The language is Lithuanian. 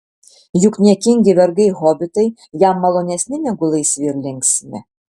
juk niekingi vergai hobitai jam malonesni negu laisvi ir linksmi